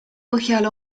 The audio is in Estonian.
põhjal